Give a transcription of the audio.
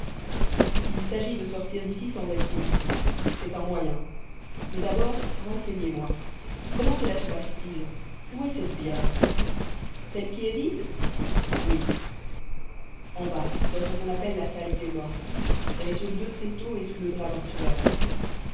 il s'agit de sortir d'ici sans être vu c'est un moyen mais d'abord renseignez moi comment cela se passe-t-il où est cette bière celle qui est vide oui en bas dans ce qu'on appelle la salle des mortes elle est sur deux tréteaux et sous le drap